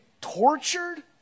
tortured